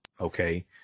Okay